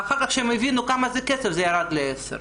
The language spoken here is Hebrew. ואחר כך כשהם הבינו מה העלויות זה ירד ל-10.